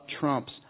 trumps